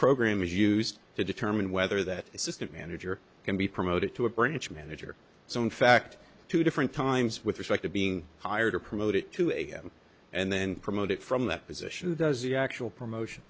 program is used to determine whether that assistant manager can be promoted to a branch manager so in fact two different times with respect to being hired or promoted to a and then promoted from that position does the actual promotion